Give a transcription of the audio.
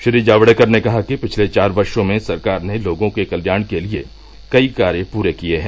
श्री जायेडकर ने कहा कि पिछले चार वर्षो में सरकार ने लोगों के कल्याण के लिए कई कार्य पूरे किये हैं